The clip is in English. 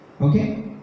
Okay